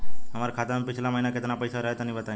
हमरा खाता मे पिछला महीना केतना पईसा रहे तनि बताई?